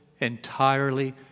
entirely